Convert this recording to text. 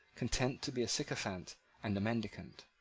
content to be a sycophant and a mendicant.